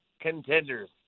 contenders